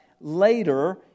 later